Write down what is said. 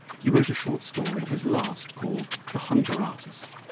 he wrote a short story, his last, called the hunger artist.